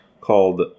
called